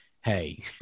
Hey